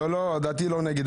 לא, דעתי לא נגד.